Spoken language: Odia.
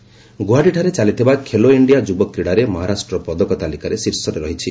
ଇଣ୍ଡିଆ ଗୁଆହାଟୀଠାରେ ଚାଲିଥିବା ଖେଲୋ ଇଣ୍ଡିଆ ଯୁବ କ୍ରୀଡ଼ାରେ ମହାରାଷ୍ଟ୍ର ପଦକ ତାଲିକାରେ ଶୀର୍ଷରେ ରହିଛି